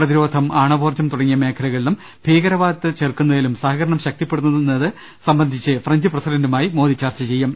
പ്രതിരോധം ആണവോർജ്ജം തുടങ്ങിയ മേഖല കളിലും ഭീകരവാദത്തെ ചെറുക്കുന്നതിലും സഹകരണം ശക്തിപ്പെടുത്തുന്നത് ഫ്രഞ്ച് പ്രസിഡന്റുമായി മോദി ചർച്ച ചെയ്യും